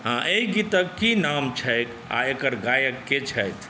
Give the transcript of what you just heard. एहि गीतक की नाम छैक आ एकर गायकके छथि